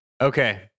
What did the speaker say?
Okay